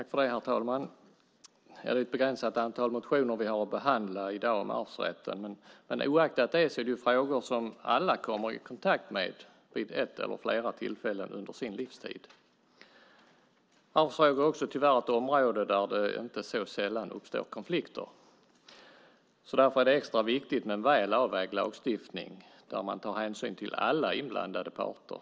Herr talman! Det är ett begränsat antal motioner vi har att behandla i dag om arvsrätten, men oaktat det är det frågor som alla kommer i kontakt med vid ett eller flera tillfällen under sin livstid. Arvsfrågor är också tyvärr ett område där det inte så sällan uppstår konflikter. Därför är det extra viktigt med en väl avvägd lagstiftning där man tar hänsyn till alla inblandade parter.